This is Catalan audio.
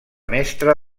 mestra